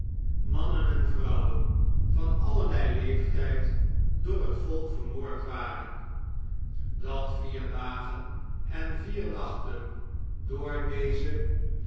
mannen en vrouwen van allerlei leeftjjd door het volk vermoord waren dat vier dagen en vier nachten door deze